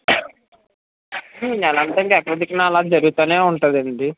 నెలంతా ఎక్కడో ఒక దిక్కున అలా జరుగుతానే ఉంటుందండి